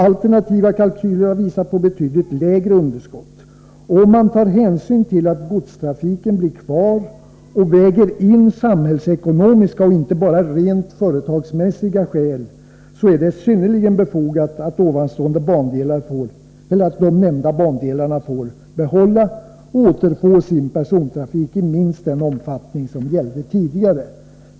Alternativa kalkyler har visat på betydligt lägre underskott. Om man tar hänsyn till att godstrafiken blir kvar och väger in samhällsekonomiska och inte bara rent företagsmässiga skäl, finner man att det är synnerligen befogat att nämnda bandelar får behålla och återfå sin persontrafik i minst den omfattning som gällde tidigare.